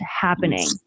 happening